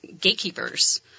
gatekeepers